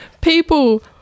People